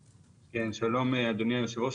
כן, שלום אדוני יושב הראש.